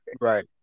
Right